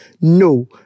No